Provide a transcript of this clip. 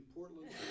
Portland